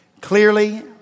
Clearly